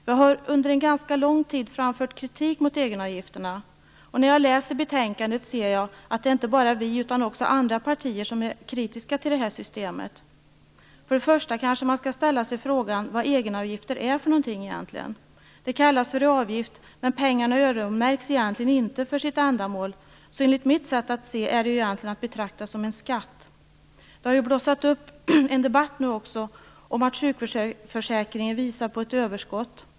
Jag har under en ganska lång tid framfört kritik mot egenavgifterna, och när jag läser betänkandet ser jag att inte bara vi utan också andra partier är kritiska till det här systemet. Till att börja med kanske man skall ställa sig frågan vad egenavgifter egentligen är för någonting. Det kallas för en avgift, men pengarna öronmärks egentligen inte för sitt ändamål. Enligt mitt sätt att se är detta egentligen att betrakta som en skatt. Det har nu också blossat upp en debatt om att sjukförsäkringen visar på ett överskott.